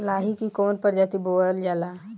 लाही की कवन प्रजाति बोअल जाई?